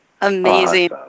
Amazing